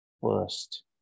first